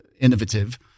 innovative